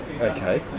Okay